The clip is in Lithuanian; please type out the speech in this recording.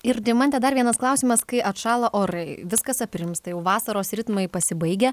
ir deimante dar vienas klausimas kai atšąla orai viskas aprimsta jau vasaros ritmai pasibaigia